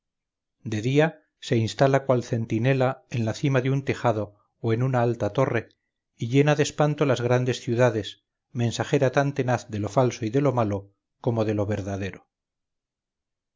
de día se instala cual centinela en la cima de un tejado o en una alta torre y llena de espanto las grandes ciudades mensajera tan tenaz de lo falso y de lo malo como de lo verdadero